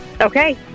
Okay